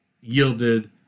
yielded